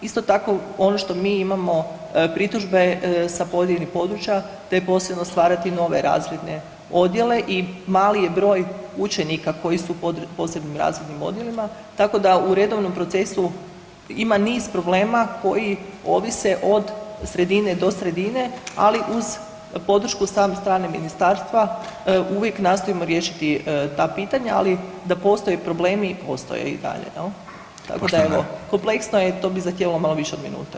Isto tako ono što mi imamo pritužbe sa pojedinih područja da je posebno stvarati nove razredne odjele i mali je broj učenika koji su u posebnim razrednim odjelima tako da u redovnom procesu ima niz problema koji ovise od sredine do sredine ali uz podršku od same strane ministarstva uvijek nastojimo riješiti ta pitanja, ali da postoje problemi, postoje i dalje jel, tako da evo kompleksno je i to bi zahtijevalo malo više od minute.